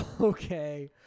Okay